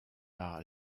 par